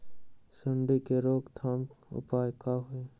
सूंडी के रोक थाम के उपाय का होई?